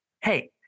hey